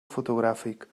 fotogràfic